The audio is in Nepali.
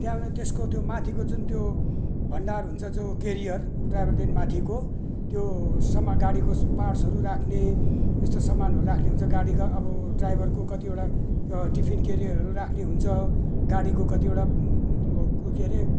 त्यहाँबाट त्यसको त्यो माथिको जुन त्यो भण्डार हुन्छ जो केरियर ड्राइभरदेखि माथिको त्यो सामान गाडीको पार्ट्सहरू राख्ने यस्तो सामानहरू राख्ने हुन्छ गाडीका अब ड्राइभरको कतिवटा टिफिन केरियरहरू राख्ने हुन्छ गाडीको कतिवटा के अरे